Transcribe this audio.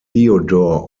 theodore